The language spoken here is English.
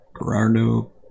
Gerardo